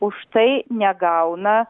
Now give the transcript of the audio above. už tai negauna